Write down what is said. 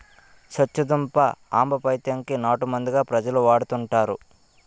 సొచ్చుదుంప ఆంబపైత్యం కి నాటుమందుగా ప్రజలు వాడుతుంటారు